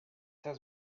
has